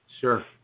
Sure